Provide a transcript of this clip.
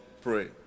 pray